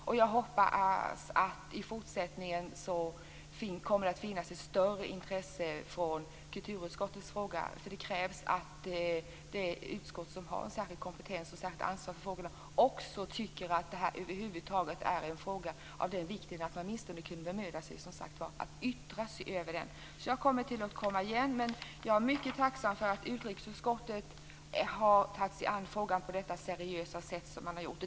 Jag hoppas att det i fortsättningen kommer att finnas ett större intresse från kulturutskottets sida. Det krävs att det utskott som har en särskild kompetens och ett särskilt ansvar för frågorna också tycker att det är en så viktig fråga att man åtminstone bemödar sig att yttra sig över den. Jag kommer igen. Jag är mycket tacksam för att utrikesutskottet har tagit sig an frågan på detta seriösa sätt.